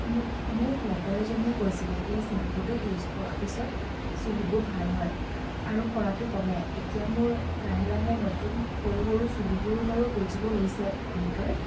মোক মোক লগৰ এজনীয়ে কৈছিলে এই শ্বেম্পুটো ইউজ কৰা পিছত চুলিবোৰ ভাল হয় আৰু সৰাটো কমে এতিয়া মোৰ লাহে লাহে নতুন সৰু সৰু চুলিবোৰো বাৰু গজিব লৈছে নতুনকৈ